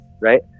right